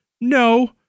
No